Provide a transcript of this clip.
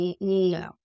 No